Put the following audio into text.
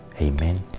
Amen